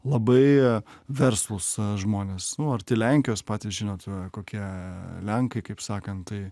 labai verslūs žmonės nu arti lenkijos patys žinot kokie lenkai kaip sakant tai